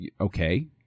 okay